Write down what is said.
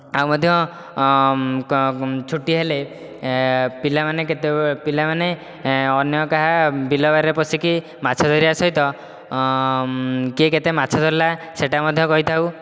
ଆଉ ମଧ୍ୟ ଛୁଟି ହେଲେ ପିଲାମାନେ କେତେବେଳେ ପିଲାମାନେ ଅନ୍ୟ କାହା ବିଲରେ ବାରିରେ ପଶିକି ମାଛ ଧରିବା ସହିତ କିଏ କେତେ ମାଛ ଧରିଲା ସେଇଟା ମଧ୍ୟ କହିଥାଉ